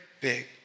big